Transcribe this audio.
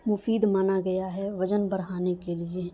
مفید مانا گیا ہے وزن بڑھانے کے لیے